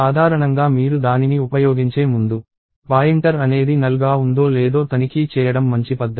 సాధారణంగా మీరు దానిని ఉపయోగించే ముందు పాయింటర్ అనేది నల్ గా ఉందో లేదో తనిఖీ చేయడం మంచి పద్ధతి